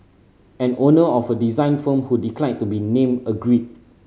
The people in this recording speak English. an owner of a design firm who declined to be named agreed